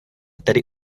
tedy